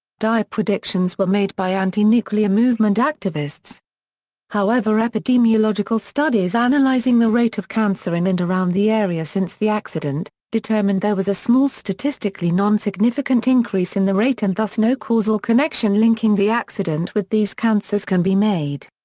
dire predictions were made by anti-nuclear movement activists however epidemiological studies analyzing the rate of cancer in and around the area since the accident, determined there was a small statistically non-significant increase in the rate and thus no causal connection linking the accident with these cancers can be made.